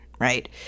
right